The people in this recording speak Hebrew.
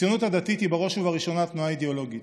הציונות הדתית היא בראש ובראשונה תנועה אידיאולוגית,